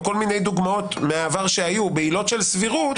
או כל מיני דוגמאות מהעבר שהיו בעילות של סבירות,